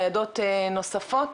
ניידות נוספות,